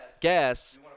gas